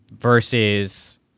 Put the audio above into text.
versus